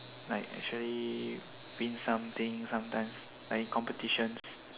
like actually win something some times like in competitions